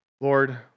Lord